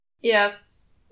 Yes